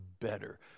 better